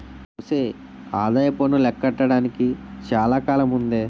ఒసే ఆదాయప్పన్ను లెక్క కట్టడానికి చాలా కాలముందే